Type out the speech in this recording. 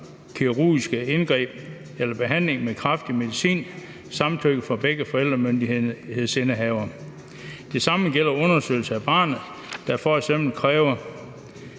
kirurgiske indgreb eller behandling med kraftig medicin samtykke fra begge forældremyndighedsindehavere. Det samme gælder undersøgelser af barnet, der f.eks. kræver